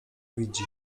widzi